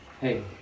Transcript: Hey